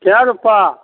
कए रुपैआ